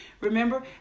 Remember